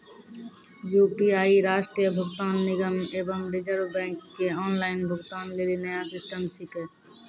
UPI राष्ट्रीय भुगतान निगम एवं रिज़र्व बैंक के ऑनलाइन भुगतान लेली नया सिस्टम छिकै